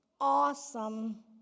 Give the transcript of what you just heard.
awesome